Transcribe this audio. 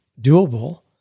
doable